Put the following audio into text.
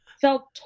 felt